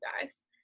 guys